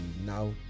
now